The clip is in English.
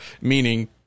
Meaning